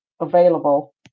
available